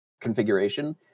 configuration